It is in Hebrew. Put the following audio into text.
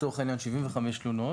לצורך העניין 75 תלונות,